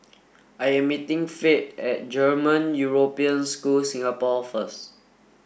I am meeting Fate at German European School Singapore first